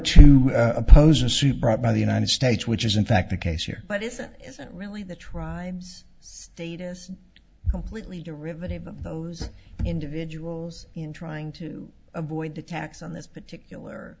to oppose a suit brought by the united states which is in fact the case here but isn't isn't really the tribes status completely derivative of those individuals in trying to avoid the tax on this particular